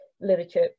literature